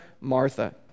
Martha